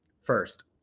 First